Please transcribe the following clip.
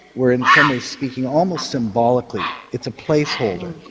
we are in some ways speaking almost symbolically, it's a place-holder.